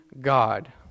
God